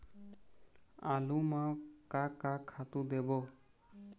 आलू म का का खातू देबो?